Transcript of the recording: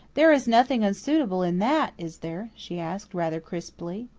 there is nothing unsuitable in that, is there? she asked, rather crisply.